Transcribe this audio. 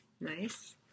nice